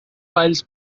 files